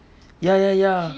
ya ya ya